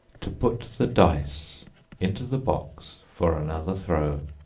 to put the dice into the box for another throw.